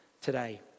today